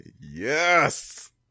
Yes